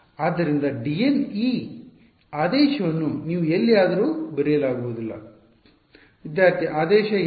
ಆದ್ದರಿಂದ dn ನ ಈ ಆದೇಶವನ್ನು ನೀವು ಎಲ್ಲಿಯಾದರೂ ಬರೆಯಲಾಗುವುದಿಲ್ಲ ವಿದ್ಯಾರ್ಥಿ ಆದೇಶ ಎನ್